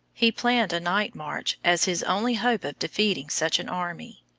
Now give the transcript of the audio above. he planned a night march as his only hope of defeating such an army.